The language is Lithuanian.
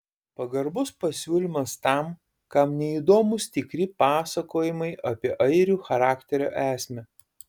pagarbus pasiūlymas tam kam neįdomūs tikri pasakojimai apie airių charakterio esmę